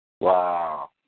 Wow